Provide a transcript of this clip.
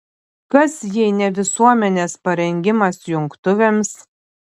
kas jei ne visuomenės parengimas jungtuvėms